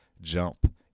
jump